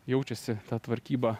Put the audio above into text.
jaučiasi ta tvarkyba